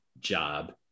job